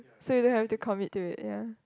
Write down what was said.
so you don't have to commit to it ya